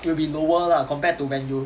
it will be lower lah compared to when you